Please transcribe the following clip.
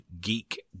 Geek